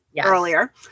earlier